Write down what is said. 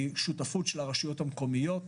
שותפות של הרשויות המקומיות,